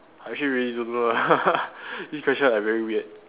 I actually really don't know lah this question like very weird